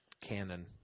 canon